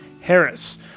Harris